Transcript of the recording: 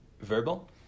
verbal